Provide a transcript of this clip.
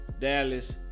Dallas